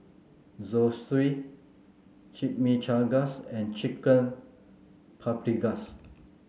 Zosui Chimichangas and Chicken Paprikas